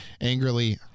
angrily